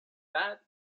that